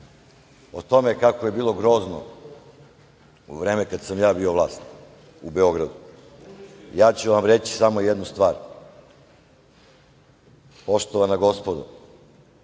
o tome kako je bilo grozno u vreme kad sam ja bio vlast u Beogradu, ja ću vam reći samo jednu stvar - poštovana gospodo,